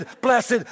blessed